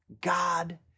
God